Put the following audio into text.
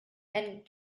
and